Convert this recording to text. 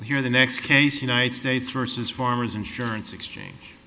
here the next case united states versus farmers insurance exchange